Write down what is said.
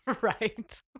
Right